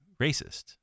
racist